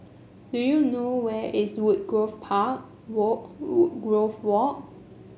do you know where is Woodgrove park wall Walk